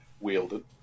wielded